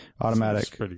Automatic